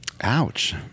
ouch